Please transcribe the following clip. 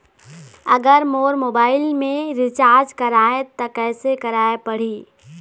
अगर मोर मोबाइल मे रिचार्ज कराए त कैसे कराए पड़ही?